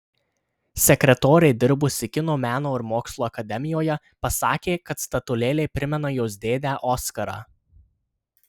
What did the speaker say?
sekretorė dirbusi kino meno ir mokslo akademijoje pasakė kad statulėlė primena jos dėdę oskarą